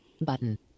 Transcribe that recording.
button